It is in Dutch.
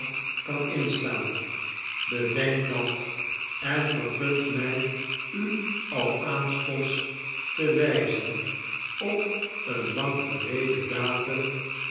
kan instaan bedenkt dat en vergunt my u alaanstondste wyzenop een lang verleden datum